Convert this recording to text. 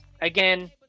Again